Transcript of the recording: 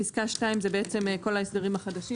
פסקה (2) מציגה את כל ההסדרים החדשים